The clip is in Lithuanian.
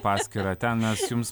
paskyrą ten mes jums